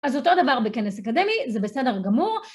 אז אותו דבר בכנס אקדמי, זה בסדר גמור.